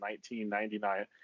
1999